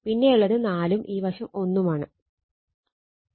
പിന്നെയുള്ളത് 4 ഉം ഈ വശം 1 ആണ്